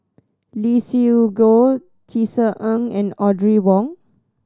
Lee Siew Goh Tisa Ng and Audrey Wong